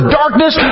darkness